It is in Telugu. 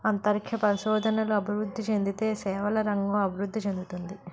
అంతరిక్ష పరిశోధనలు అభివృద్ధి చెందితే సేవల రంగం అభివృద్ధి చెందుతుంది